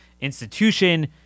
institution